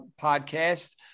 podcast